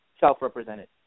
self-represented